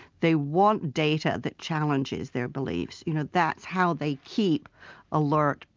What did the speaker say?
they want data that challenges their beliefs. you know that's how they keep alert,